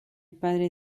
padre